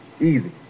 Easy